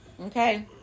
okay